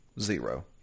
Zero